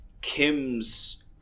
Kim's